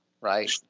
right